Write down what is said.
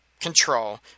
control